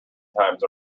times